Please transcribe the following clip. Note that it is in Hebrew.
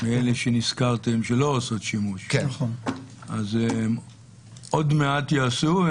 מאלה שהזכרתם שלא עושות שימוש, עוד מעט הן יעשו?